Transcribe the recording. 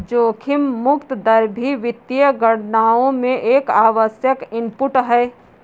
जोखिम मुक्त दर भी वित्तीय गणनाओं में एक आवश्यक इनपुट है